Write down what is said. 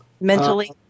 mentally